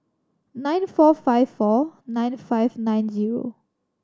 nine four five four nine five nine zero